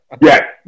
Yes